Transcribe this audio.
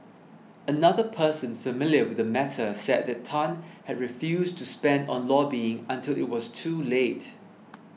another person familiar with the matter said that Tan had refused to spend on lobbying until it was too late